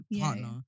partner